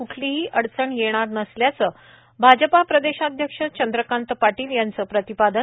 क्ठलीही अडचण येणार नसल्याचं भाजपा प्रदेशाध्यक्ष चंद्रकांत पाटील यांचं प्रतिपादन